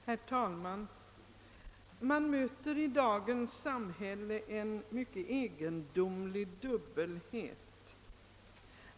Herr talman! Vi möter i dagens samhälle en mycket egendomlig dubbelhet.